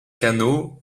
canaux